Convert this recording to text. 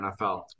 NFL